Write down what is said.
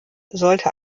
sollte